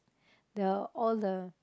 the all the